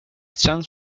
stems